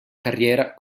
carriera